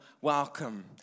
welcome